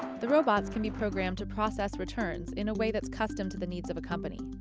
the robots can be programmed to process returns in a way that's custom to the needs of a company.